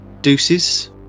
deuces